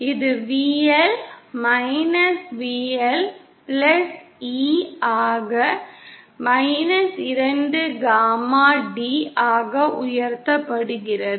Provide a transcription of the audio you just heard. இது VL -VL E ஆக 2 gamma d ஆக உயர்த்தப்படுகிறது